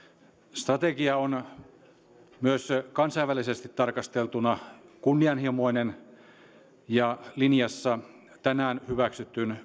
strategia on myös kansainvälisesti tarkasteltuna kunnianhimoinen ja linjassa tänään hyväksytyn